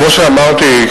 כמו שאמרתי,